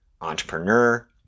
entrepreneur